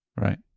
Right